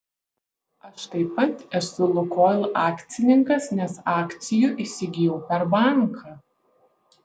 aš taip pat esu lukoil akcininkas nes akcijų įsigijau per banką